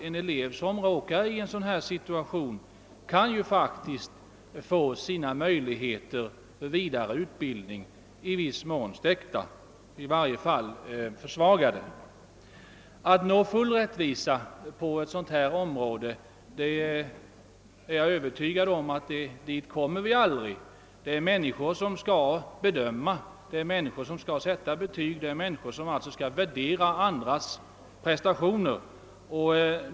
En elev som råkar komma i denna situation kan få försämrade möjligheter till vidareutbildning. Jag är medveten om att vi på detta område aldrig kommer att uppnå fullständig rättvisa. Det är människor som skall göra bedömningarna och sätta betygen, alltså värdera andras prestationer.